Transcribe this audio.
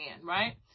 right